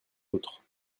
autres